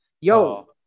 Yo